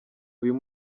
uyu